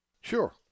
Sure